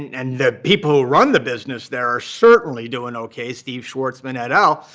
and the people who run the business there are certainly doing ok, steve schwarzman, et al.